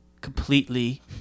completely